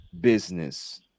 business